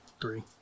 Three